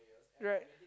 right